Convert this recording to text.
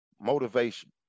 motivation